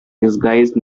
disguise